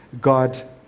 God